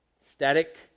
static